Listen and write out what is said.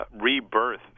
rebirth